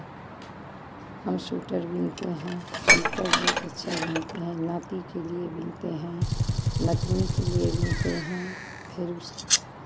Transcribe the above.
हम स्वेटर बुनते हैं स्वेटर बहुत अच्छा बुनते हैं नाती के लिये बुनते हैं नतनी के लिये बुनते हैं फिर उस